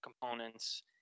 components